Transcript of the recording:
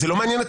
זה לא מעניין את